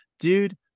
Dude